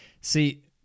See